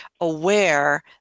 aware